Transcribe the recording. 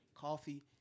coffee